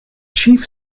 chief